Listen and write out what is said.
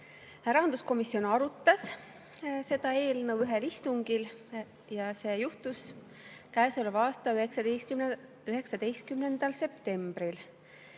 Rahanduskomisjon arutas seda eelnõu ühel istungil ja see juhtus käesoleva aasta 19. septembril.